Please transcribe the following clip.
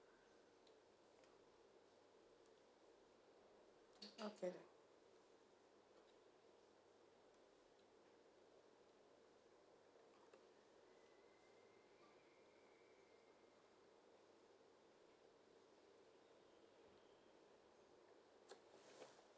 okay